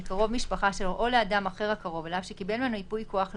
לקרוב משפחה שלו או לאדם אחר הקרוב אליו שקיבל ממנו ייפוי כוח לכך,